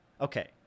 Okay